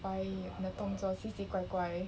why the 动作奇奇怪怪